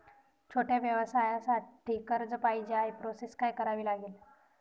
छोट्या व्यवसायासाठी कर्ज पाहिजे आहे प्रोसेस काय करावी लागेल?